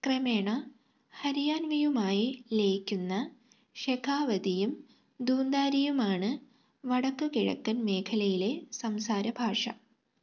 ക്രമേണ ഹരിയാൻവിയുമായി ലയിക്കുന്ന ഷെഖാവതിയും ധൂന്താരിയുമാണ് വടക്കുകിഴക്കൻ മേഖലയിലെ സംസാരഭാഷ